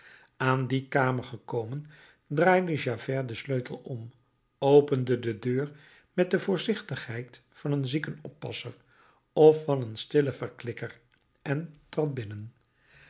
aan die kamer gekomen draaide javert den sleutel om opende de deur met de voorzichtigheid van een ziekenoppasser of van een stillen verklikker en trad binnen